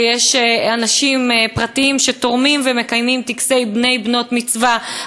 שיש אנשים פרטיים שתורמים ומקיימים טקסי בני-מצווה ובנות-מצווה,